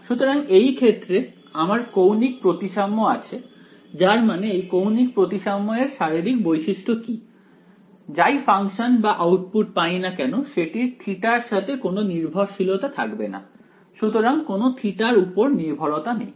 সুতরাং এই ক্ষেত্রে আমার কৌণিক প্রতিসাম্য আছে যার মানে এই কৌণিক প্রতিসাম্য এর শারীরিক বৈশিষ্ট্য কি যাই ফাংশন বা আউটপুট পাই না কেন সেটির থিটা এর সাথে কোন নির্ভরশীলতা থাকবে না সুতরাং কোন থিটা এর উপর নির্ভরতা নেই